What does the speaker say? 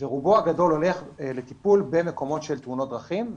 ורובו הגדול הולך לטיפול במקומות של תאונות דרכים,